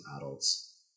adults